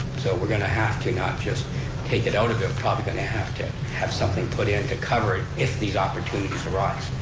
so we're going to have to not just take it out of it, we're probably going to have to have something put in to cover it if these opportunities arise.